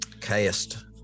cast